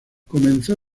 comenzó